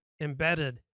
embedded